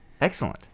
Excellent